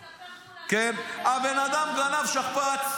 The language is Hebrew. ביחס לפרגולה של --- הבן אדם גנב שכפ"ץ